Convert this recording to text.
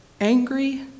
angry